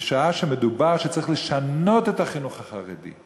בשעה שמדובר על כך שצריך לשנות את החינוך החרדי.